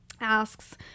asks